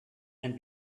and